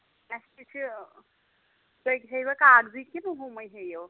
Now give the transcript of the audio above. اَسہِ تہِ چھِ تُہۍ ہیٚوٕ کاغزی کِنہٕ ہُمَے ہیٚیِو